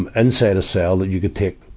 and inside a cell that you could take